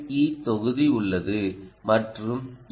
இ தொகுதி உள்ளது மற்றும் என்